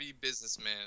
businessman